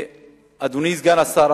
אדוני סגן השר,